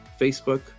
Facebook